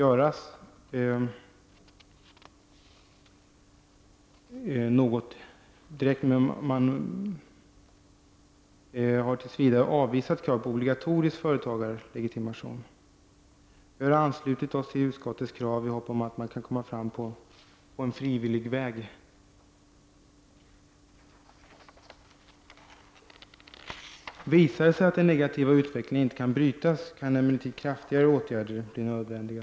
Utskottsmajoriteten har tills vidare avvisat krav på obligatorisk företagarlegitimation. Vi i miljöpartiet har anslutit oss till utskottets mening i hopp om att man kan komma fram på frivillig väg. Om det visar sig att den nega tiva utvecklingen inte kan brytas kan det emellertid bli nödvändigt att vidta kraftfullare åtgärder.